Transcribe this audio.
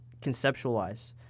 conceptualize